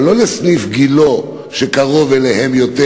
אבל לא לסניף גילה שקרוב אליהם יותר,